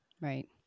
Right